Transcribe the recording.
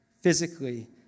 physically